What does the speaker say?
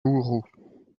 houerou